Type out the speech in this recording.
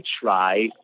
try